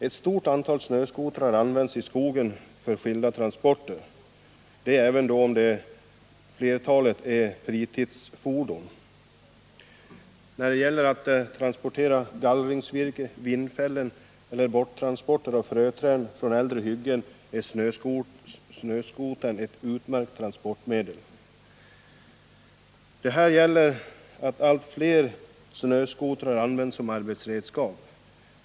Ett stort antal snöskotrar används i skogen för skilda transporter, även om flertalet av snöskotrarna är fritidsfordon. När det gäller att transportera gallringsvirke och vindfällen eller när det gäller borttransport av fröträd från äldre hyggen är snöskotern ett utmärkt transportmedel. Detta gör att allt fler snöskotrar används som arbetsredskap.